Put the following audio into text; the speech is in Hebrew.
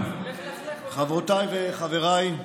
חברותיי וחבריי,